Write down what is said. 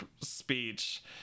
speech